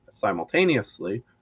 simultaneously